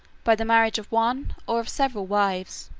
by the marriage of one or of several wives,